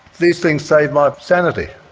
these things saved my sanity.